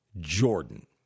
Jordan